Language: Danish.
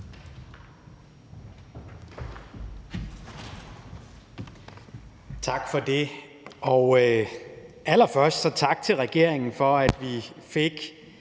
Tak for det. Allerførst tak til regeringen for, at vi fik